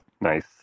nice